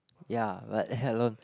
ya but